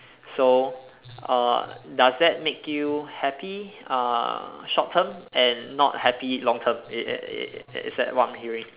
so uh does that make you happy uh short term and not happy long term i~ i~ i~ is that what I'm hearing